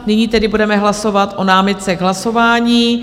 Nyní tedy budeme hlasovat o námitce k hlasování.